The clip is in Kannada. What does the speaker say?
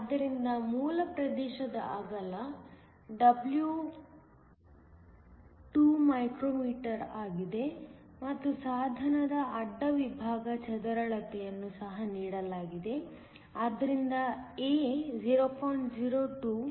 ಆದ್ದರಿಂದ ಮೂಲ ಪ್ರದೇಶದ ಅಗಲ W 2 μm ಆಗಿದೆ ಮತ್ತು ಸಾಧನದ ಅಡ್ಡ ವಿಭಾಗ ಚದರಳತೆಯನ್ನು ಸಹ ನೀಡಲಾಗಿದೆ ಆದ್ದರಿಂದ A 0